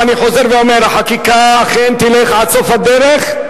ואני חוזר ואומר: החקיקה אכן תלך עד סוף הדרך.